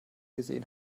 gesehen